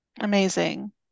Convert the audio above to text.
amazing